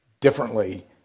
differently